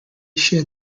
share